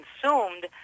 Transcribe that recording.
consumed